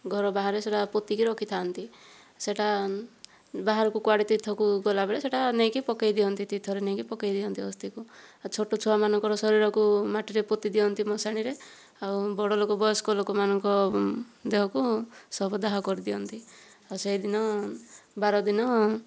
ଘର ବାହାରେ ସେଟା ପୋତିକି ରଖିଥାନ୍ତି ସେଟା ବାହାରକୁ କୁଆଡ଼େ ତୀର୍ଥକୁ ଗଲାବେଳେ ସେଇଟା ନେଇକି ପକାଇ ଦିଅନ୍ତି ତୀର୍ଥରେ ନେଇକି ପକାଇ ଦିଅନ୍ତି ଅସ୍ଥିକୁ ଆଉ ଛୋଟ ଛୁଆମାନଙ୍କର ଶରୀରକୁ ମାଟିରେ ପୋତି ଦିଅନ୍ତି ମଶାଣିରେ ଆଉ ବଡ଼ ଲୋକ ବୟସ୍କ ଲୋକମାନଙ୍କ ଦେହକୁ ଶବ ଦାହ କରି ଦିଅନ୍ତି ଆଉ ସେଇ ଦିନ ବାର ଦିନ